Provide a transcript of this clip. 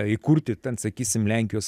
įkurti ten sakysim lenkijos